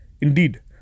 Indeed